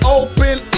open